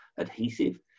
adhesive